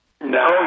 No